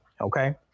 Okay